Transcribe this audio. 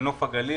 לנוף הגליל